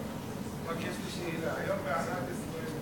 אדוני היושב-ראש,